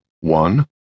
one